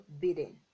bidding